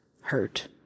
hurt